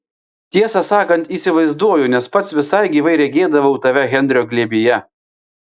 tiesą sakant įsivaizduoju nes pats vis gyvai regėdavau tave henrio glėbyje